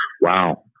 Wow